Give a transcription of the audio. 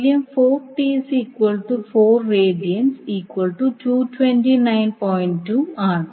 മൂല്യം ആണ്